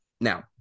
now